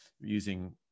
using